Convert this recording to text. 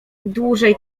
dłużej